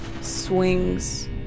swings